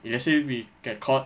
if let's say if we get caught